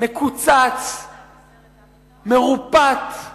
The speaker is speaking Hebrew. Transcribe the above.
מקוצץ, מרופט,